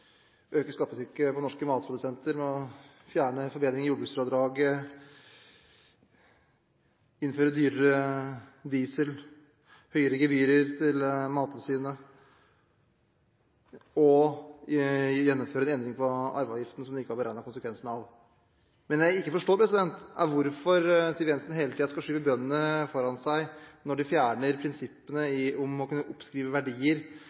øke skattetrykket på norske matprodusenter ved å fjerne forbedringer i jordbruksfradraget, innføre dyrere diesel og høyere gebyrer til Mattilsynet og gjennomføre en endring i arveavgiften som hun ikke har beregnet konsekvensene av. Men det jeg ikke forstår, er hvorfor Siv Jensen hele tiden skal skyve bøndene foran seg ved å fjerne prinsippene om å kunne oppskrive verdier